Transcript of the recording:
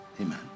amen